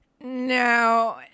No